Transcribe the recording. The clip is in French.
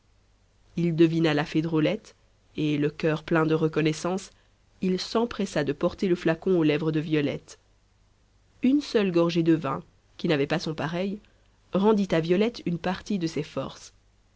il devina la fée drôlette et le coeur plein de reconnaissance il s'empressa de porter le flacon aux lèvres de violette une seule gorgée de vin qui n'avait pas son pareil rendit à violette une partie de ses forces